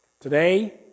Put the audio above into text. Today